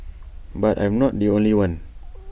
but I'm not the only one